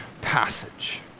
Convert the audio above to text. passage